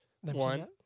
one